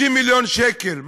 50 מיליון שקל.